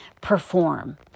perform